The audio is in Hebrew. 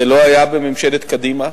זה לא היה בממשלת קדימה,